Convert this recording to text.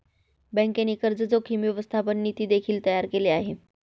बँकेने कर्ज जोखीम व्यवस्थापन नीती देखील तयार केले आहे